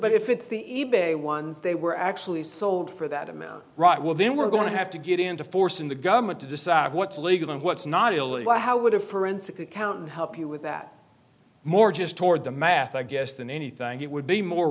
but if it's the e bay ones they were actually sold for that amount right well then we're going to have to get into forcing the government to decide what's legal and what well how would a forensic accountant help you with that more just toward the math i guess than anything it would be more